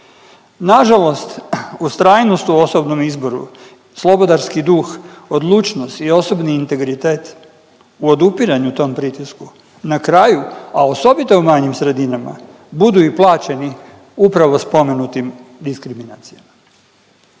Nažalost, ustrajnost u osobnom izboru, slobodarski duh, odlučnost i osobni integritet u odupiranju tom pritisku, na kraju, a osobito u manjim sredinama budu i plaćeni upravo spomenutim diskriminacijama.